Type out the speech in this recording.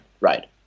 Right